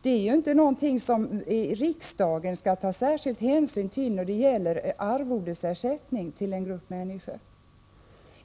och inte någonting som riksdagen skall ta särskild hänsyn till när det gäller att bestämma arvodet till dem som fullgör ett visst uppdrag.